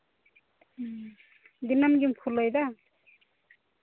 ᱦᱮᱸ ᱫᱤᱱᱟᱹᱢ ᱜᱮᱢ ᱠᱷᱩᱞᱟᱹᱣᱮᱫᱟ